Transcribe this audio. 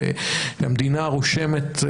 המדינה רושמת,